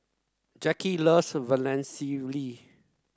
Jacki loves Vermicelli